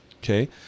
okay